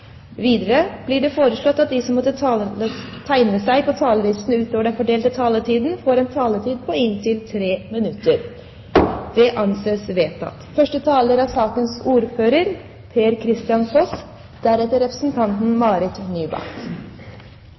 Videre blir det foreslått at de som måtte tegne seg på talerlisten utover den fordelte taletid, får en taletid på inntil 3 minutter. – Det anses vedtatt.